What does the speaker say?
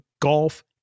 golf